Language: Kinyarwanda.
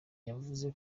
yavuze